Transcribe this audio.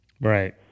Right